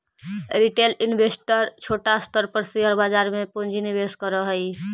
retail investor छोटा स्तर पर शेयर बाजार में पूंजी निवेश करऽ हई